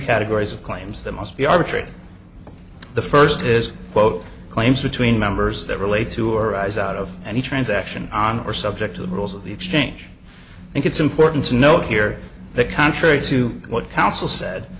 categories of claims that must be arbitrary the first is quote claims between members that relate to arise out of any transaction on or subject to the rules of the exchange and it's important to note here that contrary to what counsel said